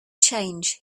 change